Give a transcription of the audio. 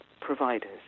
providers